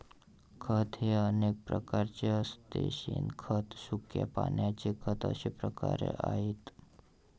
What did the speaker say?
खत हे अनेक प्रकारचे असते शेणखत, सुक्या पानांचे खत असे प्रकार आहेत